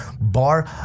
bar